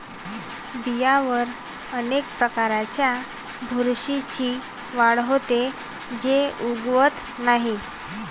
बियांवर अनेक प्रकारच्या बुरशीची वाढ होते, जी उगवत नाही